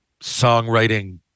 songwriting